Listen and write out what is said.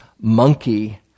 monkey